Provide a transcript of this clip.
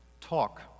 talk